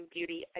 Beauty